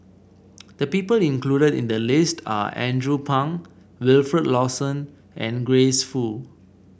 the people included in the list are Andrew Phang Wilfed Lawson and Grace Fu